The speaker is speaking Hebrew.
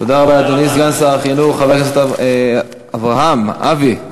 תודה לאדוני סגן שר, חבר הכנסת אברהם אבי וורצמן.